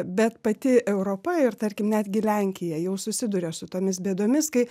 bet pati europa ir tarkim netgi lenkija jau susiduria su tomis bėdomis kai